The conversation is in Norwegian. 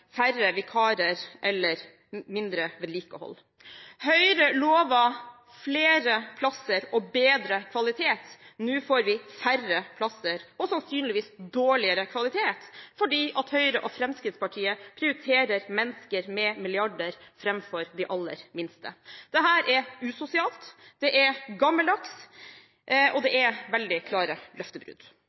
færre ansatte, færre vikarer eller mindre vedlikehold. Høyre lovet flere plasser og bedre kvalitet. Nå får vi færre plasser og sannsynligvis dårligere kvalitet fordi Høyre og Fremskrittspartiet prioriterer mennesker med milliarder framfor de aller minste. Dette er usosialt, det er gammeldags, og det er veldig klare løftebrudd.